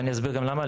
ואני אסביר גם למה,